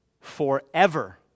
forever